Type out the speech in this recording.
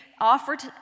offered